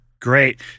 Great